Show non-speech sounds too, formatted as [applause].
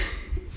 [laughs]